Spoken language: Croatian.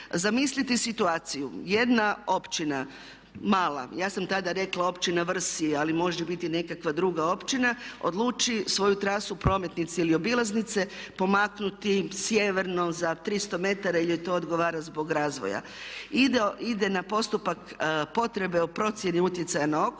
Zamislite situaciju, jedna općina mala, ja sam tada rekla općina Vrsi, ali može biti nekakva druga općina odluči svoju trasu prometnice ili obilaznice pomaknuti sjeverno za 300 metara jer joj to odgovara zbog razvoja. Ide na postupak potrebe o procjeni utjecaja na okoliš i u